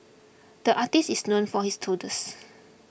the artist is known for his doodles